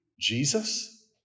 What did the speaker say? Jesus